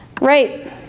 Right